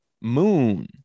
Moon